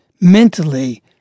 mentally